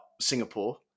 Singapore